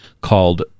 called